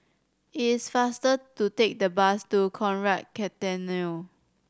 it's faster to take the bus to Conrad Centennial